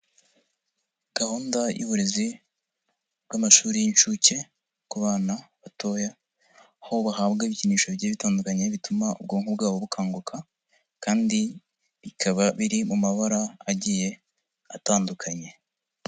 Gahunda y'uburezi bw'amashuri y'inshuke ku bana batoya, aho bahabwa ibikinisho bigiye bitandukanye bituma ubwonko bwabo bukanguka kandi bikaba biri mu mabara agiye atandukanye.